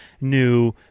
new